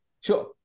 Sure